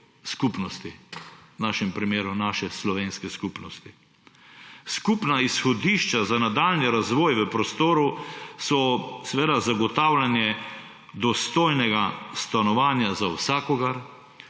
skupnosti, v našem primeru naše slovenske skupnosti. Skupna izhodišča za nadaljnji razvoj v prostoru so seveda zagotavljanje dostojnega stanovanja za vsakogar,